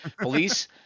Police